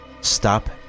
Stop